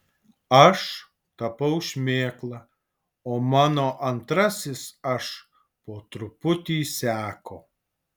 aš tapau šmėkla o mano antrasis aš po truputį seko